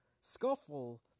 Scuffle